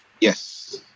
Yes